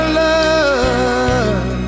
love